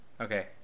Okay